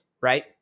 right